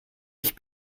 ich